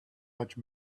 much